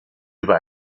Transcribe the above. über